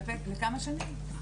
לכמה שנים?